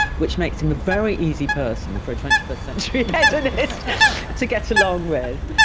which makes him a very easy person for a twenty first century hedonist to get along with.